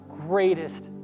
greatest